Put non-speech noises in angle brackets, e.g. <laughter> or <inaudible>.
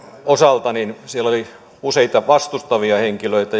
osalta siellä oli useita vastustavia henkilöitä <unintelligible>